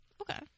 Okay